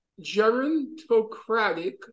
gerontocratic